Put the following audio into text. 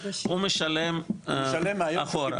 הוא משלם אחורה.